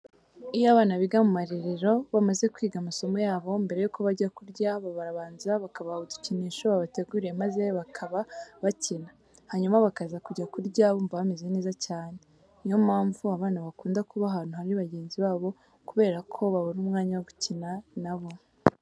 Iyo abana biga mu irerero bamaze kwiga amasomo yabo, mbere yuko bajya kurya barabanza bakabaha udukinisho babateguriye maze bakaba bakina, hanyuma bakaza kujya kurya bumva bameze neza cyane. Niyo mpamvu abana bakunda kuba ahantu hari bagenzi babo kubera ko babona umwanya wo gukina na bo.